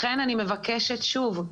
לכן אני מבקשת שוב,